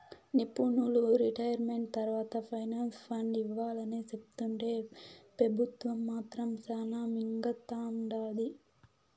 నిపునులు రిటైర్మెంట్ తర్వాత pension fund ఇవ్వాలని సెప్తుంటే పెబుత్వం మాత్రం శానా మింగతండాది